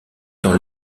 dans